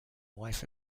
wife